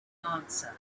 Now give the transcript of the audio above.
answer